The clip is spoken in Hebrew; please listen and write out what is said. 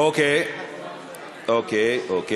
אוקיי.